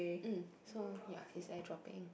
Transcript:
mm so ya he's airdropping